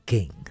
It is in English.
King